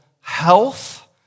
health